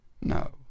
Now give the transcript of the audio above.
No